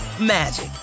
magic